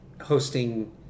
hosting